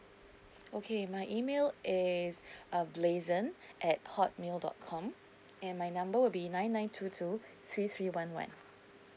okay my email is uh blazen at hotmail dot com and my number will be nine nine two two three three one one